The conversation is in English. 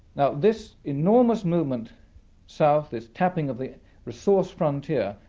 now this enormous movement south, this tapping of the resource frontier,